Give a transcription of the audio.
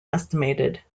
estimated